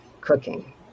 cooking